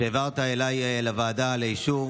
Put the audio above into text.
שהעברת אליי לוועדה לאישור.